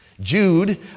Jude